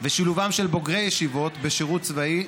ושילובם של בוגרי ישיבות בשירות צבאי,